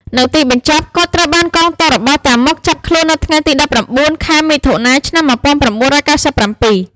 នៅទីបញ្ចប់ គាត់ត្រូវបានកងទ័ពរបស់ តាម៉ុក ចាប់ខ្លួននៅថ្ងៃទី១៩ ខែមិថុនា ឆ្នាំ១៩៩៧។